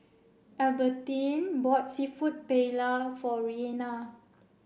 Albertine bought Seafood Paella for Reina